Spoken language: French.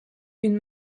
une